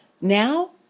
Now